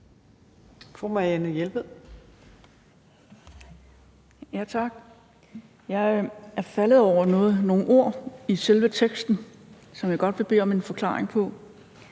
Marianne Jelved (RV): Ja, tak. Jeg er faldet over noget, nogle ord, i selve teksten, som jeg godt vil bede om en forklaring på.